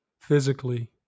physically